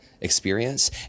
experience